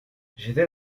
j’étais